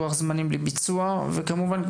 לוח זמנים לביצוע וכמובן,